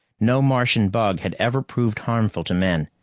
no martian bug had ever proved harmful to men.